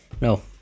No